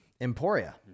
Emporia